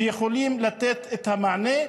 שיכולים לתת את המענה.